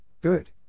good